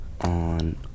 on